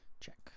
check